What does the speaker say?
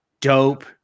dope